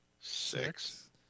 Six